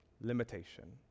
limitation